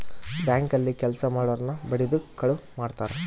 bank ಅಲ್ಲಿ ಕೆಲ್ಸ ಮಾಡೊರ್ನ ಬಡಿದು ಕಳುವ್ ಮಾಡ್ತಾರ